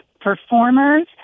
performers